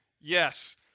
Yes